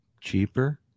Cheaper